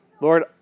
Lord